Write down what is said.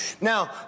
Now